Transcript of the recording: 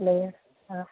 please sir